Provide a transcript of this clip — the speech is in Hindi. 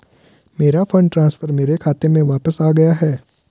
मेरा फंड ट्रांसफर मेरे खाते में वापस आ गया है